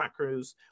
macros